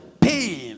pain